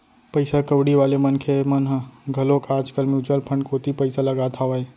पइसा कउड़ी वाले मनखे मन ह घलोक आज कल म्युचुअल फंड कोती पइसा लगात हावय